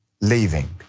leaving